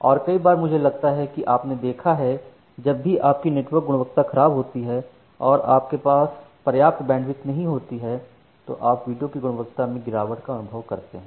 और कई बार मुझे लगता है कि आपने देखा है जब भी आपकी नेटवर्क गुणवत्ता खराब होती है और आपके पास पर्याप्त बैंडविड्थ नहीं होती है तो आप वीडियो की गुणवत्ता में गिरावट का अनुभव करते हैं